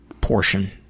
portion